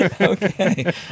okay